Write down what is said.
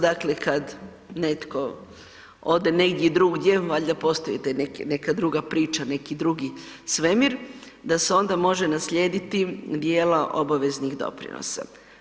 Dakle, kad netko ode negdje drugdje, valjda postoji taj neka druga priča, neki drugi svemir da se onda može naslijediti dijela obaveznih doprinosa.